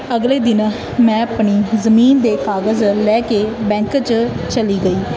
ਅਗਲੇ ਦਿਨ ਮੈਂ ਆਪਣੀ ਜ਼ਮੀਨ ਦੇ ਕਾਗਜ਼ ਲੈ ਕੇ ਬੈਂਕ 'ਚ ਚਲੀ ਗਈ